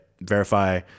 verify